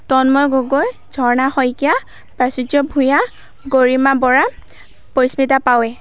Tanmoy Gogoi Jharna Saikia Prachurya Bhuyan Garima Bora Parismita Pawai